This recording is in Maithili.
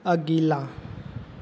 अगिला